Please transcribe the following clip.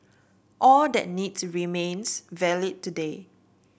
all that need to remains valid today